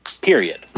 period